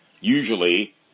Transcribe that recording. usually